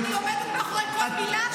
אני עומדת מאחורי כל מילה שלי.